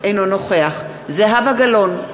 אינו נוכח זהבה גלאון,